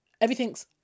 Everything's